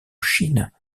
chine